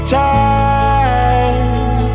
time